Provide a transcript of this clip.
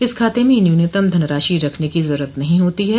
इस खाते में न्यूनतम धनराशि रखने की जरूरत नहीं होती है